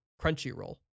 Crunchyroll